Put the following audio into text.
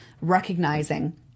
recognizing